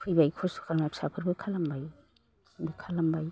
फैबाय खस्थ' खालामना फिसाफोरखौ खालामबायबो जोंबो खालामबाय